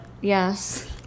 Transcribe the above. Yes